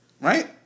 right